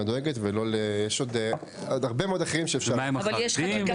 יש עוד הרבה מאוד אחרים שאפשר --- מה עם החרדים?